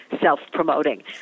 self-promoting